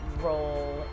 role